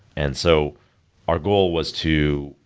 and so our goal was to,